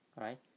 right